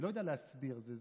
אני לא יודע להסביר את זה.